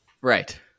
Right